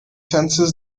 senses